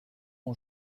ont